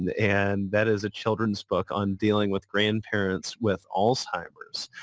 and and that is a children's book on dealing with grandparents with alzheimer's.